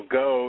go